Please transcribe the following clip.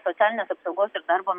socialinės apsaugos ir darbo